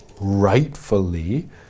rightfully